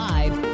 Live